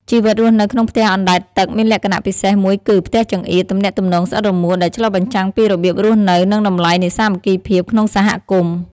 ជីវិតរស់នៅក្នុងផ្ទះអណ្ដែតទឹកមានលក្ខណៈពិសេសមួយគឺ "ផ្ទះចង្អៀត ទំនាក់ទំនងស្អិតរមួត" ដែលឆ្លុះបញ្ចាំងពីរបៀបរស់នៅ និងតម្លៃនៃសាមគ្គីភាពក្នុងសហគមន៍។